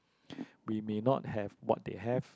we may not have what they have